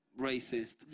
racist